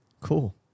Cool